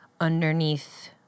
underneath